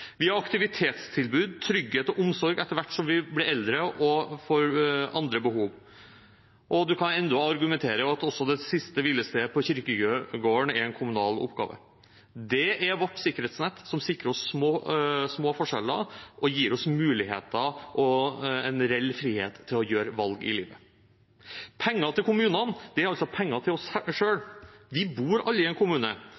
Vi har aktivitetstilbud, trygghet og omsorg etter hvert som vi blir eldre og får andre behov. Man kan endog argumentere for at også det siste hvilestedet på kirkegården er en kommunal oppgave. Det er vårt sikkerhetsnett, som sikrer oss små forskjeller og gir oss muligheter og en reell frihet til å gjøre valg i livet. Penger til kommunene er altså penger til oss